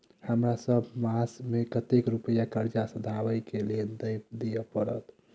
हमरा सब मास मे कतेक रुपया कर्जा सधाबई केँ लेल दइ पड़त?